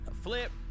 Flip